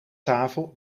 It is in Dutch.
tafel